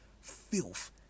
filth